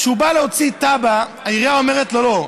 כשהוא בא להוציא תב"ע העירייה אומרת לו: לא,